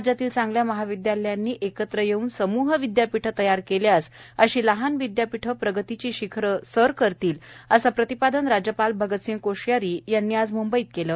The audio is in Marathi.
राज्यातील चांगल्या महाविद्यालयांनी एकत्र येऊन समूह विद्यापीठे तयार केल्यास अशी लहान विद्यापीठे प्रगतीची शिखरे निश्चितच सर करतील असे प्रतिपादन राज्यपाल भगतसिंह कोश्यारी यांनी आज मुंबईत केले